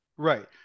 Right